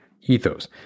ethos